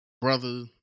brother